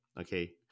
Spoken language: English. okay